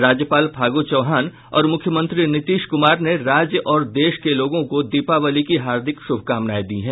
राज्यपाल फागू चौहान और मुख्यमंत्री नीतीश कुमार ने राज्य और देश के लोगों को दीपावली की हार्दिक शुभकामनाएं दी है